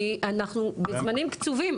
אנחנו בזמנים קצובים,